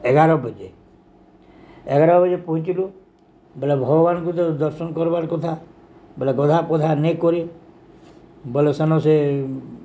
ଏଗାର ବଜେ ଏଗାର ବଜେ ପହଞ୍ଚିଲୁ ବେଲେ ଭଗବାନଙ୍କୁ ତ ଦର୍ଶନ କର୍ବାର୍ କଥା ବେଲେ ଗଧାପୋଧା ନେଇକରି ବେଲେ ସେନ ସେ